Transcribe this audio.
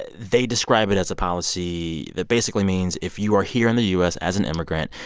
they describe it as a policy that basically means if you are here in the u s. as an immigrant,